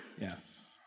Yes